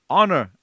honor